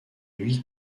huit